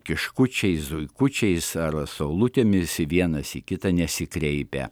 kiškučiai zuikučiais ar saulutėmis vienas į kitą nesikreipia